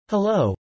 Hello